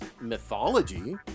mythology